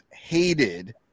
hated